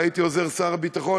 והייתי עוזר שר הביטחון,